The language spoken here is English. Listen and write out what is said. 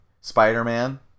Spider-Man